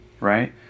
right